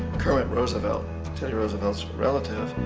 kermit roosevelt, teddy roosevelt's relative.